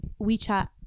WeChat